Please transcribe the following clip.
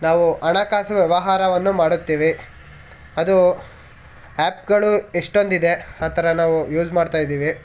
ನಾವು ಹಣಕಾಸು ವ್ಯವಹಾರವನ್ನು ಮಾಡುತ್ತೇವೆ ಅದು ಆ್ಯಪ್ಗಳು ಎಷ್ಟೊಂದಿದೆ ಆ ಥರ ನಾವು ಯೂಸ್ ಮಾಡ್ತಾಯಿದ್ದೀವಿ